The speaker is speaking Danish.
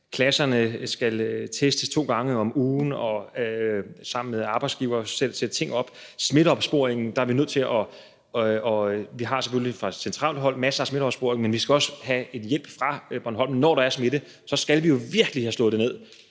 klasserne skal testes to gange om ugen, og sammen med arbejdsgivere skal der sættes ting op. Vi har selvfølgelig fra centralt hold masser af smitteopsporing, men vi skal også have hjælp fra Bornholm. Når der er smitte, skal vi virkelig have slået det ned.